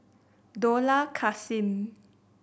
Dollah Kassim